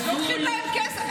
לוקחים מהם כסף.